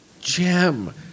gem